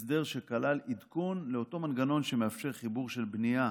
הסדר שכלל עדכון לאותו מנגנון שמאפשר חיבור של בנייה